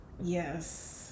yes